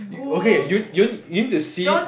you okay you you you need to see